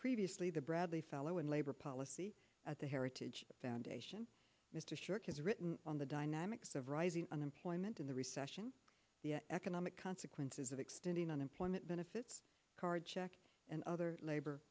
previously the bradley fellow in labor policy at the heritage foundation mr short has written on the dynamics of rising unemployment in the recession the economic consequences of extending unemployment benefits card check and other labor